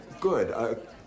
Good